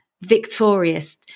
victorious